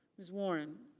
ms. warren.